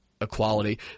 equality